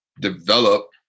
develop